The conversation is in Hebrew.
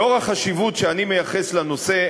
לאור החשיבות שאני מייחס לנושא,